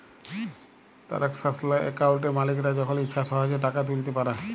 টারালসাকশাল একাউলটে মালিকরা যখল ইছা সহজে টাকা তুইলতে পারে